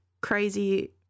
crazy